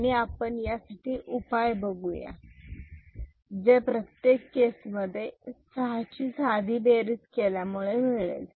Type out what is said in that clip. आणि आपण यासाठी उपाय बघूया जे प्रत्येक केस मध्ये 6 ची साधी बेरीज केल्यामुळे मिळेल